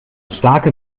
starke